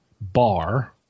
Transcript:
bar